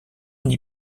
n’y